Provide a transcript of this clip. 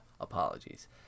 apologies